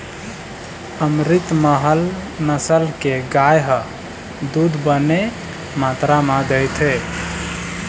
अमरितमहल नसल के गाय ह दूद बने मातरा म देथे